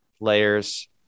layers